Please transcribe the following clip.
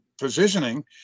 positioning